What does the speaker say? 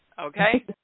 okay